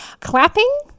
Clapping